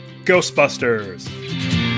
Ghostbusters